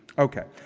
okay.